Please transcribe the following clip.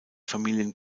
familien